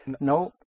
No